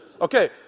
Okay